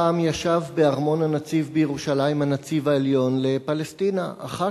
פעם ישב בארמון הנציב בירושלים הנציב הבריטי ל"פלסטיין"; אחר